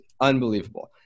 unbelievable